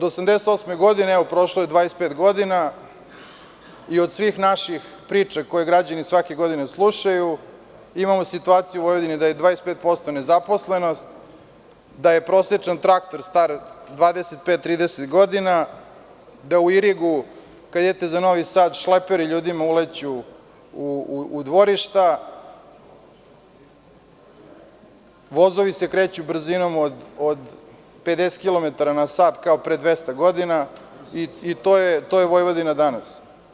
Od 1988. godine prošlo je 25 godina i, od svih naših priča koje građani svake godine slušaju, imamo situaciju u Vojvodini da je 25% nezaposlenost, da je prosečan traktor star 25-30 godina, da u Irigu, kada idete za Novi Sad, šleperi ljudima uleću u dvorišta, vozovi se kreću brzinom od 50 kilometara na sat, kao pre 200 godina i to je Vojvodina danas.